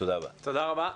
תודה רבה.